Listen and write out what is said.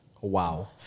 wow